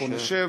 פה נשב,